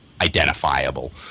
identifiable